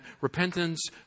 repentance